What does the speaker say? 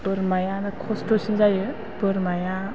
बोरमायानो खस्थ'सिन जायो बोरमाया